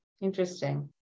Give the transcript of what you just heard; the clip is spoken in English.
Interesting